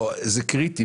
זה קריטי,